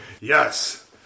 Yes